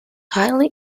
highly